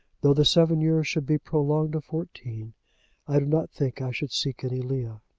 though the seven years should be prolonged to fourteen i do not think i should seek any leah.